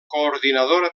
coordinadora